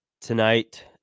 tonight